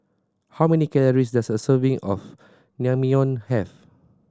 how many calories does a serving of Naengmyeon have